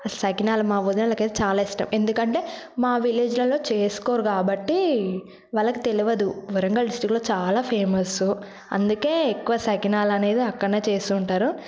సకినాలు మా వదినలకైతే చాలా ఇష్టం ఎందుకంటే మా విలేజ్లల్లో చేసుకోరు కాబట్టి వాళ్లకు తెలియదు వరంగల్ డిస్టిక్లో చాలా ఫేమస్ అందుకే ఎక్కువ సకినాలు అనేది అక్కడనే చేస్తూ ఉంటారు